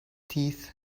teeth